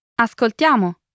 Ascoltiamo